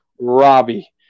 Robbie